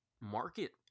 market